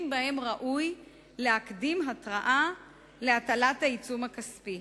שבהם ראוי להקדים התראה להטלת העיצום הכספי.